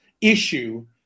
issue